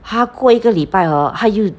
他过一个礼拜 hor 他又